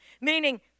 meaning